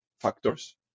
factors